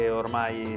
ormai